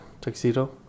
tuxedo